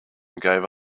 gave